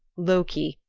loki,